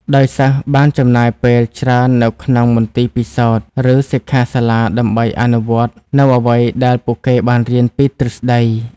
ដោយសិស្សបានចំណាយពេលច្រើននៅក្នុងមន្ទីរពិសោធន៍ ឬសិក្ខាសាលាដើម្បីអនុវត្តនូវអ្វីដែលពួកគេបានរៀនពីទ្រឹស្តី។